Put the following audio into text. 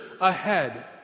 ahead